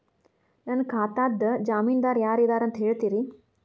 ನನ್ನ ಖಾತಾದ್ದ ಜಾಮೇನದಾರು ಯಾರ ಇದಾರಂತ್ ಹೇಳ್ತೇರಿ?